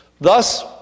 Thus